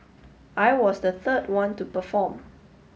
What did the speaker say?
I was the third one to perform